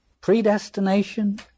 predestination